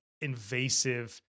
invasive